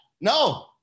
No